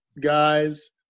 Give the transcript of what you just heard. guys